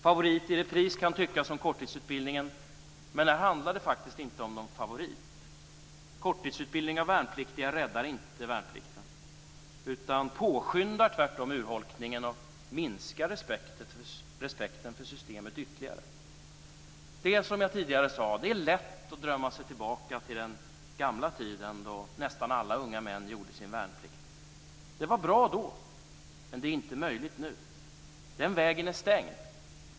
Favorit i repris, kan man tycka om korttidsutbildningen, men här handlar det faktiskt inte om någon favorit. Korttidsutbildning av värnpliktiga räddar inte värnplikten, utan påskyndar tvärtom urholkningen och minskar respekten för systemet ytterligare. Det är som jag tidigare sade: Det är lätt att drömma sig tillbaka till den gamla tiden då nästan alla unga män gjorde sin värnplikt. Det var bra då, men det är inte möjligt nu. Den vägen är stängd.